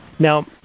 Now